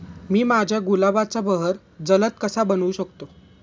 मी माझ्या गुलाबाचा बहर जलद कसा बनवू शकतो?